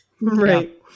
Right